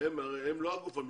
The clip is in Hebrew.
הם לא הגוף המקצועי.